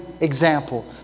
example